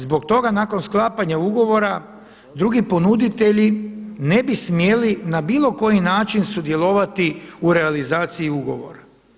Zbog toga nakon sklapanja ugovora drugi ponuditelji ne bi smjeli na bilo koji način sudjelovati u realizaciji ugovora.